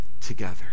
together